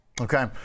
okay